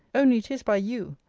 only it is by you,